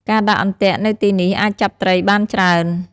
ការដាក់អន្ទាក់នៅទីនេះអាចចាប់ត្រីបានច្រើន។